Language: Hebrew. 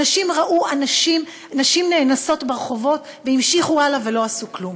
אנשים ראו אנשים נרצחים ברחובות ולא עשו כלום,